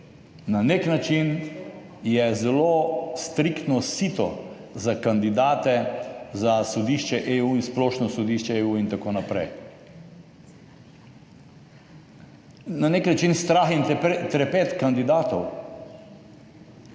Na nek način je zelo striktno sito za kandidate za Sodišče Evropske unije in Splošno sodišče EU in tako naprej. Na nek način je strah in trepet kandidatov.